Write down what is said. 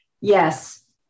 Yes